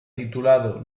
titulado